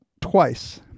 twice